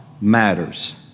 matters